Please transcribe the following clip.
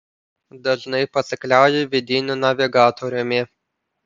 dažnai pasikliauju vidiniu navigatoriumi